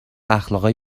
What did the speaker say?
اخلاقای